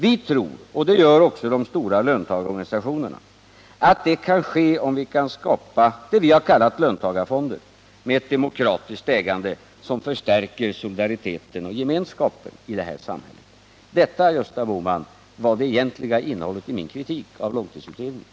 Vi tror, och det gör också de stora löntagarorganisationerna, att det kan ske om vi kan skapa det som vi har kallat löntagarfonder, med ett demokratiskt ägande som förstärker solidariteten och gemenskapen i det här samhället. Detta, Gösta Bohman, var det egentliga innehållet i min kritik av långtidsutredningen.